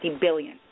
billion